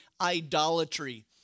idolatry